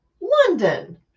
london